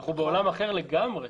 אנחנו בעולם אחר לגמרי